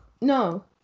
No